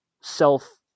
self